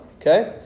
okay